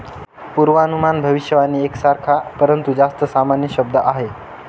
पूर्वानुमान भविष्यवाणी एक सारखा, परंतु जास्त सामान्य शब्द आहे